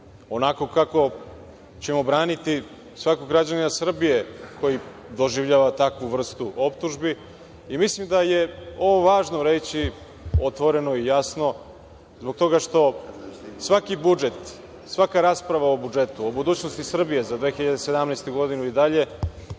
onako kako ćemo braniti svakog građanina Srbije koji doživljava takvu vrstu optužbi. Mislim da je ovo važno reći otvoreno i jasno zbog toga što svaki budžet, svaka rasprava o budžetu, o budućnosti Srbije za 2017. godinu i dalje